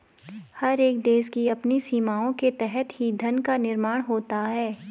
हर एक देश की अपनी सीमाओं के तहत ही धन का निर्माण होता है